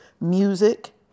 Music